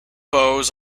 bows